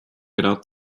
grad